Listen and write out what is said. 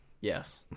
yes